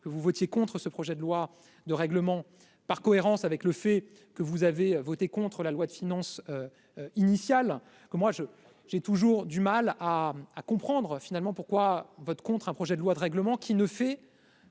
que vous votiez contre ce projet de loi de règlement par cohérence avec le fait que vous avez voté contre la loi de finances. Initial que moi je j'ai toujours du mal à comprendre finalement pourquoi votent contre un projet de loi de règlement qui ne fait